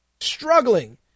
Struggling